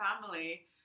family